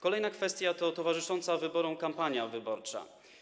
Kolejna kwestia to towarzysząca wyborom kampania wyborcza.